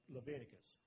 Leviticus